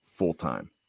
full-time